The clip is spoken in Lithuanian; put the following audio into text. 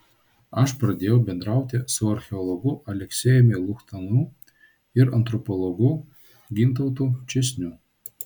aš pradėjau bendrauti su archeologu aleksejumi luchtanu ir antropologu gintautu česniu